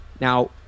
Now